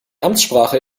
amtssprache